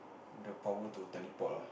the power to teleport ah